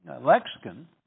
lexicon